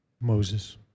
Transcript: Moses